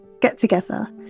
get-together